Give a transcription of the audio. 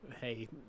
hey